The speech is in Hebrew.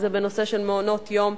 אם זה בנושא של מעונות יום,